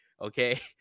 okay